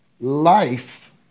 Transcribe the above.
Life